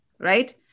Right